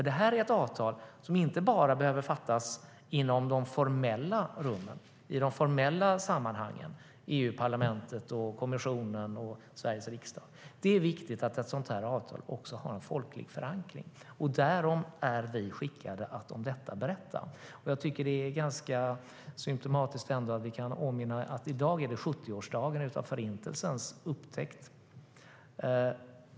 Det här är ett avtal som inte bara behöver träffas inom de formella rummen och sammanhangen - EU-parlamentet, kommissionen och Sveriges riksdag, utan det är också viktigt att avtalet har en folklig förankring. Därom är vi skickade att berätta. Jag tycker att det är ganska symtomatiskt att det i dag är 70-årsdagen av Förintelsens upptäckt.